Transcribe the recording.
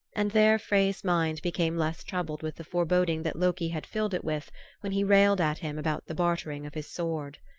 and there frey's mind became less troubled with the foreboding that loki had filled it with when he railed at him about the bartering of his sword.